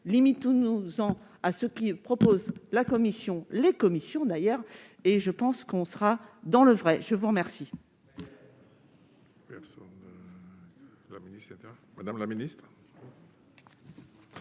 non, nous on à ce qu'il propose la commission les commissions d'ailleurs et je pense qu'on sera dans le vrai, je vous remercie.